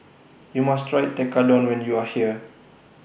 YOU must Try Tekkadon when YOU Are here